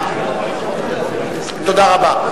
תודה רבה.